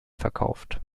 verkauft